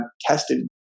tested